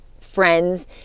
friends